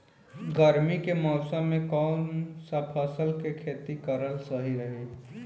गर्मी के मौषम मे कौन सा फसल के खेती करल सही रही?